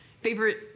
favorite